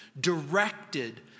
directed